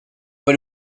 but